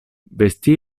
vestì